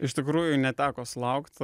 iš tikrųjų neteko sulaukt